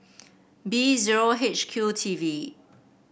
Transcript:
B zero H Q T V